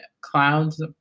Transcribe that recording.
Clouds